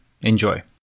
Enjoy